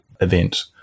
event